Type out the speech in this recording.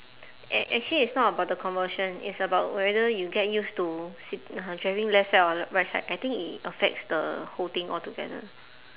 ac~ actually it's not about the conversion it's about whether you get used to sit~ uh driving left side or right side I think it affects the whole thing altogether